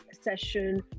session